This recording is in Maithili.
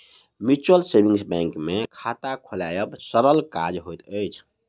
म्यूचुअल सेविंग बैंक मे खाता खोलायब सरल काज होइत अछि